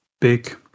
big